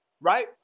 right